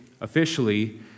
officially